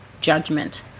judgment